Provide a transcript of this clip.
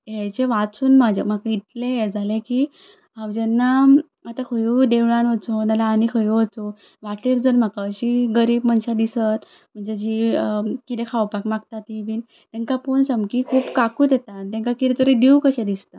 आनी हांवें हें जें वाचून म्हाका म्हजे इतलें हें जालें की हांव जेन्ना आतां खंयूय वयता देवळान वचूं नाजाल्यार आनी खंयी वचूं वाटेर जर म्हाका अशी गरीब मनशां दिसत म्हणजे जीं खावपाक मागता ती बी तेंकां पळोवन सामकी काकूट येता आनी तेंकां किदें तरी दिवं शें जाता